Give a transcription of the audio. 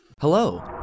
Hello